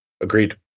agreed